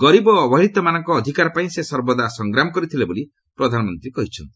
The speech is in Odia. ଗରିବ ଓ ଅବହେଳିତମାନଙ୍କ ଅଧିକାରପାଇଁ ସେ ସର୍ବଦା ସଂଗ୍ରାମ କରିଥିଲେ ବୋଲି ପ୍ରଧାନମନ୍ତ୍ରୀ କହିଛନ୍ତି